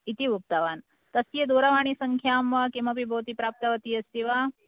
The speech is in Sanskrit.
इति उक्तवान् तस्य दूरवाणी सङ्ख्यां वा किमपि भवती प्राप्तवती अस्ति वा